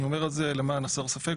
אני אומר את זה למען הסר ספק,